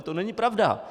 To není pravda!